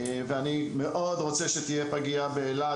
ואני מאוד רוצה שתהיה פגייה באילת,